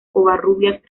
covarrubias